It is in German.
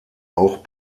auch